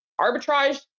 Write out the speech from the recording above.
Arbitrage